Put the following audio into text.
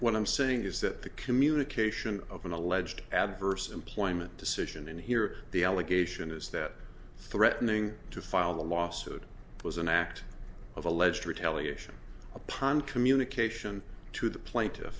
what i'm saying is that the communication of an alleged adverse employment decision and here the allegation is that threatening to file the lawsuit was an act of alleged retaliation upon communication to the pla